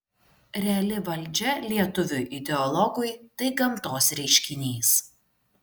reali valdžia lietuviui ideologui tai gamtos reiškinys